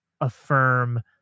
affirm